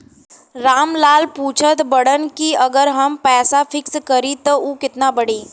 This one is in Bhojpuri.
राम लाल पूछत बड़न की अगर हम पैसा फिक्स करीला त ऊ कितना बड़ी?